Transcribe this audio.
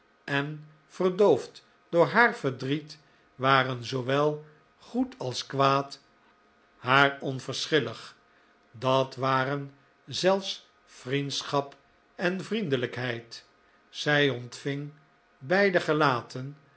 en verdoofd door haar verdriet waren zoowel goed als kwaad haar onverschillig dat waren zelfs vriendschap en vriendelijkheid zij ontving beide gelaten